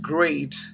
great